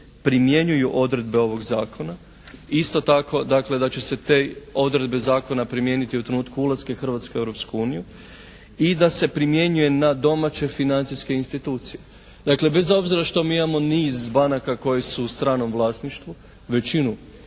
primjenjuju odredbe ovog Zakona, isto tako dakle da će se te odredbe zakona primijeniti u trenutku ulaska Hrvatske u Europsku uniju i da se primjenjuje na domaće financijske institucije. Dakle, bez obzira što mi imamo niz banaka koje su u stranom vlasništvu, većinu